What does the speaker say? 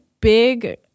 big